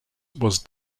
was